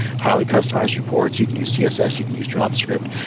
highly customized reports. you can use css. you can use javascript.